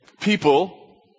people